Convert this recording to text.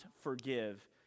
forgive